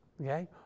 Okay